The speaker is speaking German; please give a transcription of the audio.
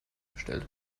gestellt